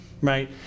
right